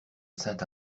saint